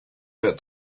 that